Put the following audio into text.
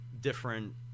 different